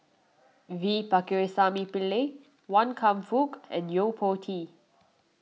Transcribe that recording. V Pakirisamy Pillai Wan Kam Fook and Yo Po Tee